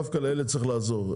דווקא לאלה צריך לעזור.